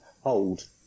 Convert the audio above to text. hold